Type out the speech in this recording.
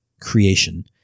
creation